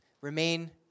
Remain